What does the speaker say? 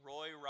Roy